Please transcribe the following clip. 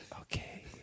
Okay